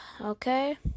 Okay